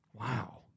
Wow